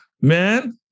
man